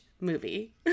Movie